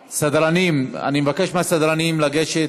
סדרנים, אני מבקש מהסדרנים לגשת.